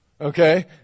Okay